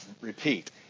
repeat